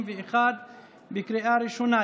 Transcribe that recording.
עוברת בקריאה ראשונה,